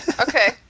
Okay